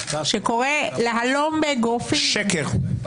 שקורא להלום באגרופים --- שקר.